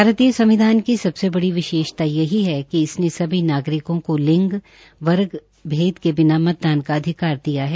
भारतीय संविधान की सबसे बड़ी विशेषता यही है कि इसने सभी नागरिकों को लिंग वर्ग भेद के बिना मतदान की अधिकार दिया है